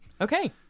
Okay